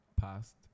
past